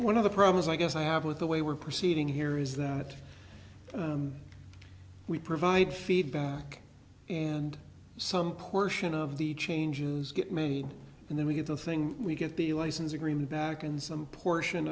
one of the problems i guess i have with the way we're proceeding here is that we provide feedback and some portion of the changes get made and then we get the thing we get the license agreement back and some portion